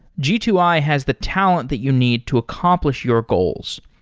g two i has the talent that you need to accomplish your goals.